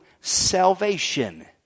salvation